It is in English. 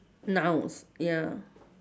nouns ya